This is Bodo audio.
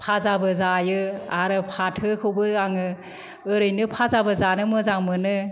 फाजाबो जायो आरो फाथोखौबो आङो ओरैनो फाजाबो जानो मोजां मोनो